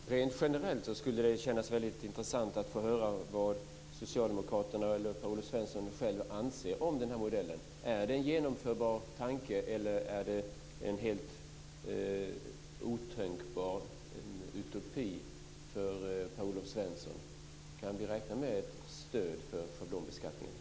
Fru talman! Rent generellt skulle det vara intressant att höra vad Socialdemokraterna eller Per-Olof Svensson själv anser om modellen. Är det en genomförbar tanke eller är det en utopi för Per-Olof Svensson? Kan vi räkna med stöd för schablonbeskattningen?